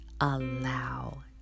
allow